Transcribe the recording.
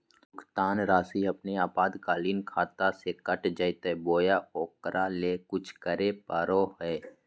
भुक्तान रासि अपने आपातकालीन खाता से कट जैतैय बोया ओकरा ले कुछ करे परो है?